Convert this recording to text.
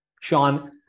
Sean